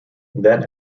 then